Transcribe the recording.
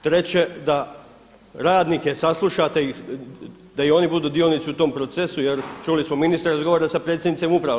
Treće, da radnike saslušate da i oni budu dionici u tom procesu jer čuli smo ministra razgovara sa predsjednicima uprava.